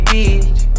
Beach